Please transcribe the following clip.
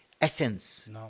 essence